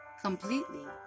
completely